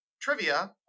trivia